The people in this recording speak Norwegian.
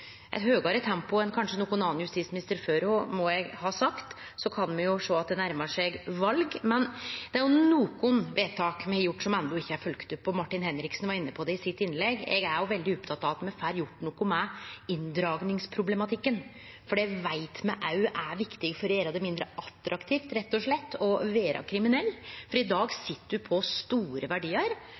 eit høgare tempo enn kanskje nokon annan justisminister før ho, må eg seie. Me kan sjå at det nærmar seg val. Men det er nokre vedtak me har gjort som enno ikkje er følgde opp, og Martin Henriksen var inne på det i innlegget sitt. Eg er òg veldig oppteken av at me får gjort noko med inndragingsproblematikken, for det veit me er viktig for å gjere det mindre attraktivt, rett og slett, å vere kriminell. I dag sit ein på store verdiar,